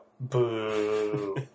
Boo